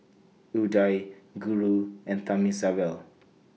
Udai Guru and Thamizhavel